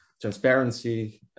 transparency